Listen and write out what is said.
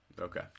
Okay